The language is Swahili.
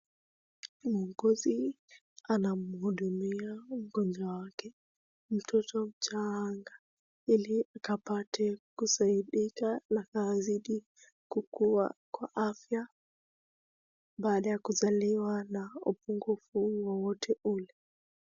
Muuguzi anamhudumia mgonjwa wake, mtoto mchanga, ili apate kusaidika na azidi kukua kwa afya baada ya kuzaliwa na upungufu wowote ule.